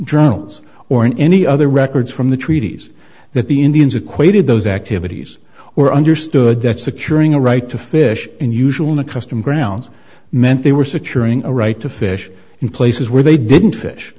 journals or in any other records from the treaties that the indians equated those activities or understood that securing a right to fish and usually a custom grounds meant they were securing a right to fish in places where they didn't fish